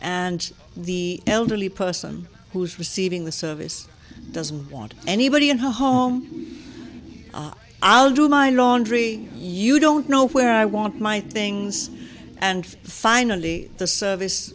and the elderly person who is receiving the service doesn't want anybody in her home i'll do my laundry you don't know where i want my things and finally the service